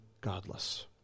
godless